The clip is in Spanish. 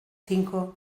cinco